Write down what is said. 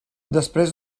després